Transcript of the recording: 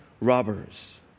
robbers